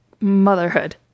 Motherhood